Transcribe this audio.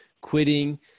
quitting